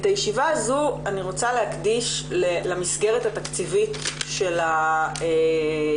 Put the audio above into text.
את הישיבה הזו אני רוצה להקדיש למסגרת התקציבית של התכנית.